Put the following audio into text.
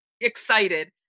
excited